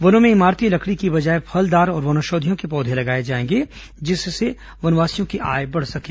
वनों में इमारती लकड़ी की बजाय फलदार और वनौषधियों के पौधे लगाए जाएंगे जिससे वनवासियों की आय बढ़ सकें